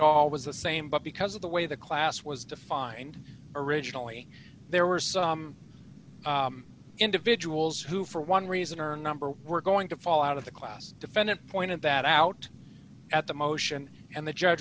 all was the same but because of the way the class was defined originally there were some individuals who for one reason or number were going to fall out of the class defendant pointed that out at the motion and the judge